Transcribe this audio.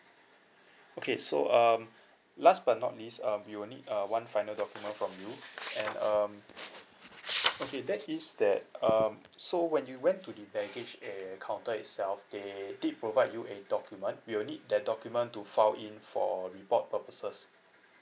okay so um last but not least um we will need uh one final document from you and um okay that is that um so when you went to the baggage eh counter itself they did provide you a document we will need that document to file in for report purposes